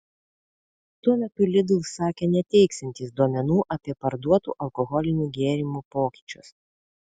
tuo metu lidl sakė neteiksiantys duomenų apie parduotų alkoholinių gėrimų pokyčius